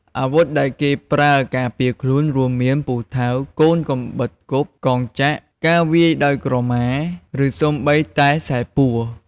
អាវុធដែលគេប្រើការពារខ្លួន រួមមាន ពូថៅ កូនកាំបិតគប់ កងចក្រ ការវាយដោយក្រមា ឬសូម្បីតែខ្សែពួរ។